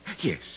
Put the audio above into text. Yes